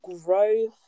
growth